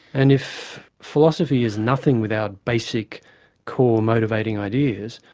and if philosophy is nothing without basic core motivating ideas,